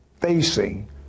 facing